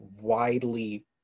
widely